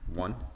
One